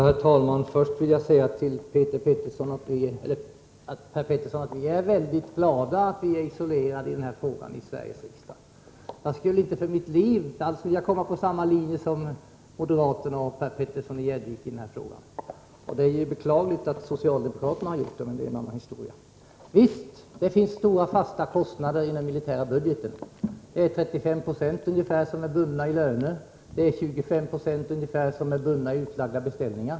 Herr talman! Först vill jag säga till Per Petersson att vi inom vpk är mycket glada att vi i Sveriges riksdag är isolerade när det gäller den här frågan. Jag skulle inte för mitt liv vilja stå på samma linje som moderaterna och Per Petersson i Gäddvik här. Det är beklagligt att socialdemokraterna gör det, men det är en annan historia. Visst finns det stora fasta kostnader i den militära budgeten. Ungefär 35 90 är bundna i löner, och ungefär 25 96 är bundna i utlagda beställningar.